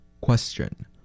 Question